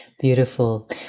beautiful